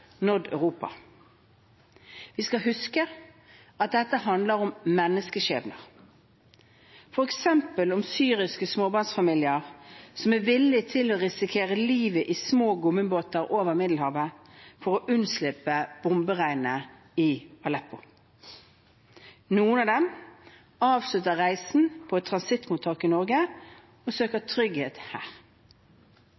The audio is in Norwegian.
Europa. Vi skal huske at dette handler om menneskeskjebner, f.eks. om syriske småbarnsfamilier som er villig til å risikere livet i små gummibåter over Middelhavet for å unnslippe bomberegnet i Aleppo. Noen av dem avslutter reisen på et transittmottak i Norge og søker trygghet her.